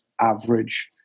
average